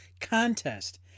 contest